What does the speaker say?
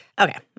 okay